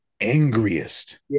angriest